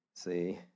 see